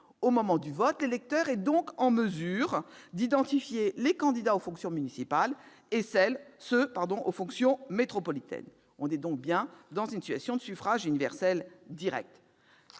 Au moment du vote, l'électeur est en mesure d'identifier les candidats aux fonctions municipales et les candidats aux fonctions métropolitaines. Il s'agit donc bien d'une élection au suffrage universel direct.